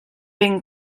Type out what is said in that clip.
ben